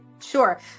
sure